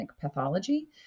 pathology